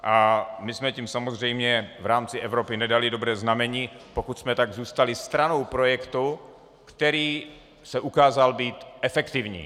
A my jsme tím samozřejmě v rámci Evropy nedali dobré znamení, pokud jsme tak zůstali stranou projektu, který se ukázal být efektivní.